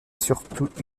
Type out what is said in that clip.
surtout